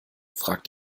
fragt